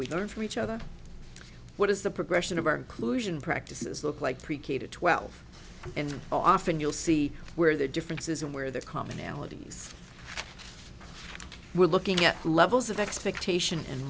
we learn from each other what is the progression of our inclusion practices look like pre k to twelve and often you'll see where the difference is and where there are commonalities we're looking at levels of expectation and